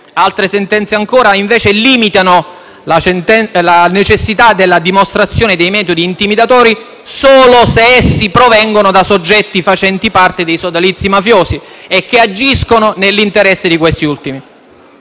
Altre sentenze ancora invece limitano la necessità della dimostrazione dei metodi intimidatori solo se essi provengono da soggetti facenti parte dei sodalizi mafiosi e che agiscono nell'interesse di questi ultimi;